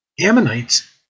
Ammonites